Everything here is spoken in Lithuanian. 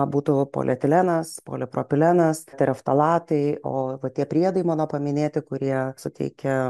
būtų polietilenas polipropilenas teraftalatai o va tie priedai mano paminėti kurie suteikia